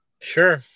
Sure